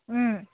ও